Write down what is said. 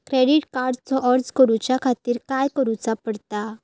Credit कार्डचो अर्ज करुच्या खातीर काय करूचा पडता?